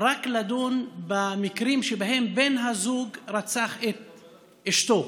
רק לדון במקרים שבהם בן הזוג רצח את אשתו,